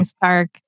Park